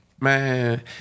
Man